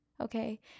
okay